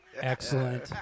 Excellent